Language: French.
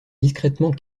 discrètement